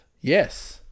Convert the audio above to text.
Yes